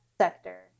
sector